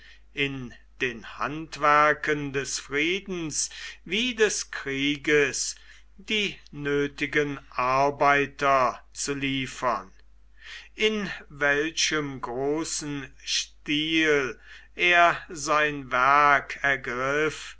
in den handwerken des friedens wie des krieges die nötigen arbeiter zu liefern in welchem großen stil er sein werk ergriff